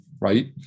Right